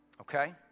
okay